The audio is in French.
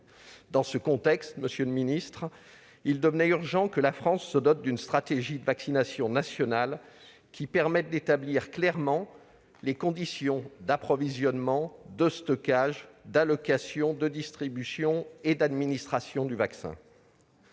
Dans ce contexte, monsieur le ministre de la santé, il devenait urgent que la France se dote d'une stratégie de vaccination nationale qui permette d'établir clairement les conditions d'approvisionnement, de stockage, d'allocation, de distribution et d'administration du vaccin.